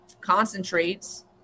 concentrates